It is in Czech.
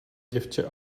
děvče